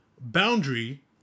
boundary